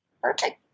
Perfect